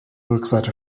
rückseite